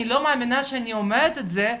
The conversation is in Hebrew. אני לא מאמינה שאני אומרת את זה,